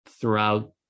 throughout